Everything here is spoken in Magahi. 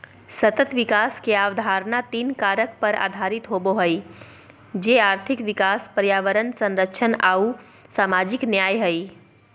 सतत विकास के अवधारणा तीन कारक पर आधारित होबो हइ, जे आर्थिक विकास, पर्यावरण संरक्षण आऊ सामाजिक न्याय हइ